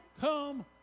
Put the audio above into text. come